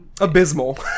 Abysmal